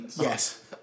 Yes